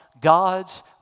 God's